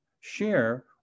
share